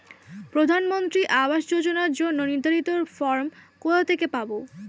প্রধানমন্ত্রী আবাস যোজনার জন্য নির্ধারিত ফরম কোথা থেকে পাব?